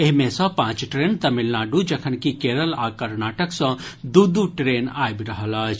एहि मे सँ पांच ट्रेन तमिलनाडू जखनकि केरल आ कर्नाटक सँ दू दू ट्रेन आबि रहल अछि